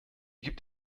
gibt